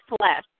flesh